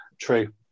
true